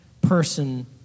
person